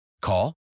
Call